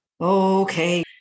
Okay